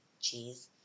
cheese